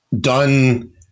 done